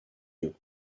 yeux